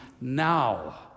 now